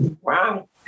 Wow